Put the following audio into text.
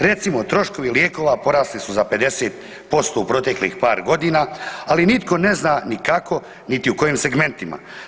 Recimo, troškovi lijekova porasli su za 50% u proteklih par godina, ali nitko ne zna ni kako ni u kojim segmentima.